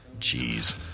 Jeez